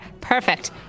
perfect